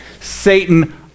Satan